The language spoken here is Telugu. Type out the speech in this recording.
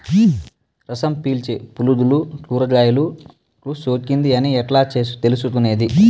రసం పీల్చే పులుగులు కూరగాయలు కు సోకింది అని ఎట్లా తెలుసుకునేది?